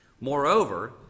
Moreover